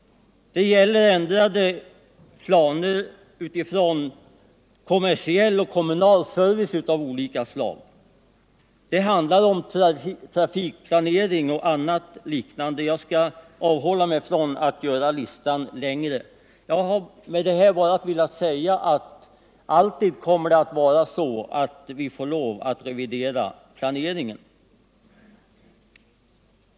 Det gäller ändrade planer beträffande kommersiell och kommunal service av olika slag, det handlar om trafikplanering och annat liknande. Jag skall avhålla mig från att göra listan längre. Med vad jag anfört har jag velat framhålla att det kommer alltid att vara så att vi får lov att revidera planeringen.